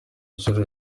inshuro